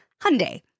Hyundai